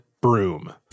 broom